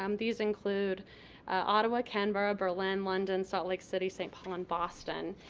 um these includes ottawa, canberra, berlin, london, salt lake city, st. paul, and boston.